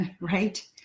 right